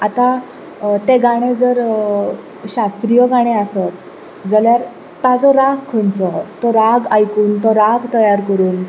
आतां तें गाणें जर शास्त्रीय गाणें आसत जाल्यार ताचो राग खंयचो तो राग आयकून तो राग तयार करून